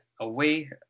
away